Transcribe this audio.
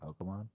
Pokemon